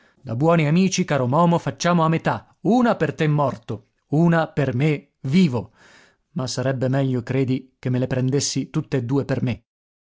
da buoni amici caro momo facciamo a metà una per te morto una per me vivo ma sarebbe meglio credi che me le prendessi tutt'e due per me